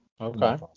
Okay